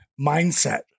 mindset